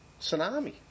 tsunami